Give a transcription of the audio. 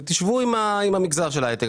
ותשבו עם המגזר של ההייטק,